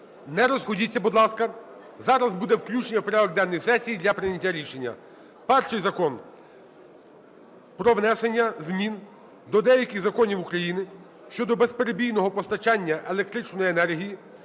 не розходіться, будь ласка. Зараз буде включення в порядок денний сесії для прийняття рішення. Перший – Закон про внесення змін до деяких законів України щодо безперебійного постачання електричної енергії